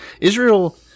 israel